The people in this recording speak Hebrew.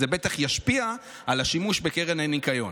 זה בטח ישפיע על השימוש בקרן הניקיון.